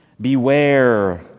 Beware